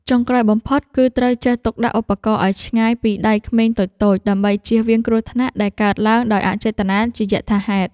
ចុងក្រោយបំផុត គឺត្រូវចេះទុកដាក់ឧបករណ៍ឱ្យឆ្ងាយពីដៃក្មេងតូចៗ ដើម្បីជៀសវាងគ្រោះថ្នាក់ដែលកើតឡើងដោយអចេតនាជាយថាហេតុ។